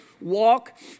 walk